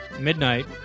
midnight